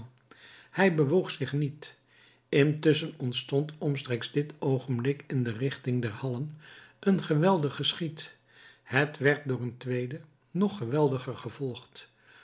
hij bewoog zich niet intusschen ontstond omstreeks dit oogenblik in de richting der hallen een geweldig geschiet het werd door een tweede nog geweldiger gevolgd